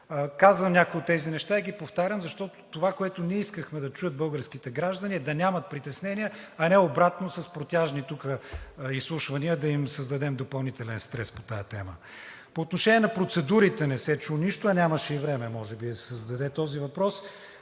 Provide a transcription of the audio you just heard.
Казвам някои от тези неща и ги повтарям, защото това, което ние искахме да чуят българските граждани, е да нямат притеснения, а не обратно, с протяжни тук изслушвания да им създадем допълнителен стрес по тази тема. По отношение на процедурите не се чу нищо, а нямаше и време може би, за да се зададе този въпрос.